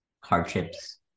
hardships